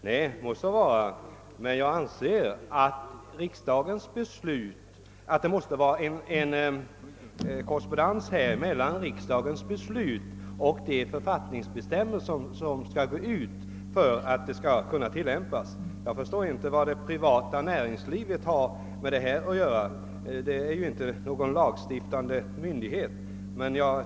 Det kan så vara, men jag anser att det måste finnas en korrespondens mellan riksdagens beslut och de författningsbestämmelser som skall gå ut för att beslutet skall kunna tillämpas. Jag förstår inte vad det privata näringslivet har med detta att göra; det är ju ingen lagstiftande myndighet.